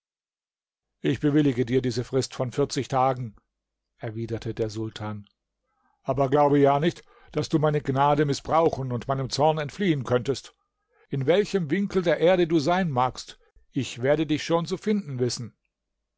ich bewillige dir diese frist von vierzig tagen erwiderte der sultan aber glaube ja nicht daß du meine gnade mißbrauchen und meinem zorn entfliehen könnest in welchem winkel der erde du sein magst ich werde dich schon zu finden wissen